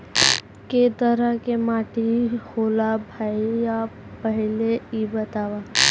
कै तरह के माटी होला भाय पहिले इ बतावा?